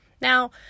Now